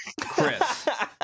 Chris